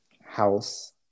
House